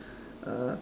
uh